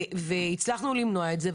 והצלחנו למנוע את זה,